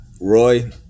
Roy